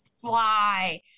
fly